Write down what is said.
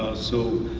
so,